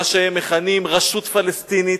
מה שהם מכנים "רשות פלסטינית",